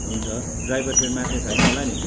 हुन्छ ड्राइभर फेरि मात्ने छैन होला नि